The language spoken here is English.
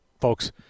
folks